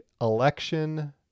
election